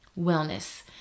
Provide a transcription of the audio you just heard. wellness